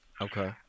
Okay